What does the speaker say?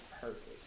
perfect